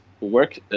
Work